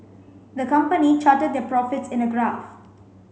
the company charted their profits in a graph